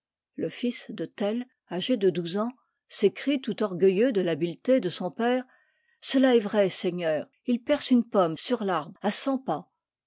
le fils de tell âgé de douze ans s'écrie tout orgueilleux de t'habiteté de son père cela est vrai seigneur il perce une pomme sur l'arbre à cent pas